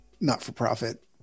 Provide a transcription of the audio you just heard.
not-for-profit